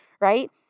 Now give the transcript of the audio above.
right